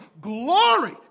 Glory